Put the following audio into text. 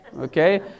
Okay